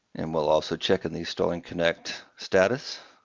and we'll also check in the starling connect status.